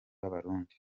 b’abarundi